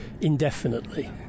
indefinitely